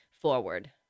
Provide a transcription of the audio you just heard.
forward